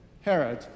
Herod